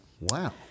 Wow